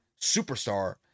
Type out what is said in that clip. superstar